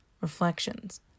reflections